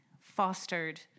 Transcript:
fostered